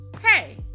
hey